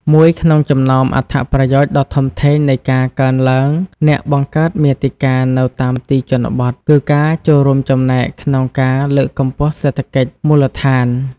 មួយក្នុងចំណោមអត្ថប្រយោជន៍ដ៏ធំធេងនៃការកើនឡើងអ្នកបង្កើតមាតិកានៅតាមទីជនបទ គឺការចូលរួមចំណែកក្នុងការ លើកកម្ពស់សេដ្ឋកិច្ចមូលដ្ឋាន។